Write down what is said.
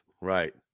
Right